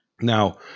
Now